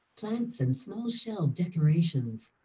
plants, and small shelf decorations.